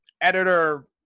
editor